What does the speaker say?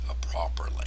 properly